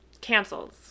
cancels